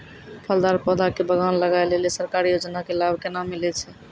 फलदार पौधा के बगान लगाय लेली सरकारी योजना के लाभ केना मिलै छै?